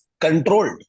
controlled